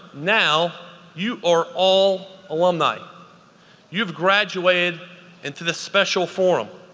now you are all alumni you've graduated into the special forum.